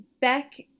Beck